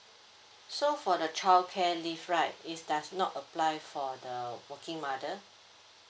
so for the childcare leave right is does not apply for the working mother